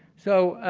so,